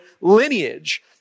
lineage